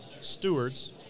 stewards